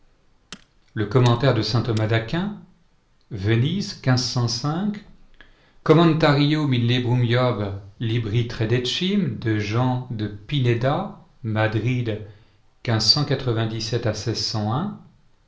le commentaire de saint thomas d'aquin venise comment tari mm très de chine de jean de pineda madrid